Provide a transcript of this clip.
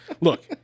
Look